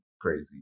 crazy